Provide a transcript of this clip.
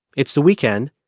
it's the weekend,